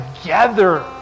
together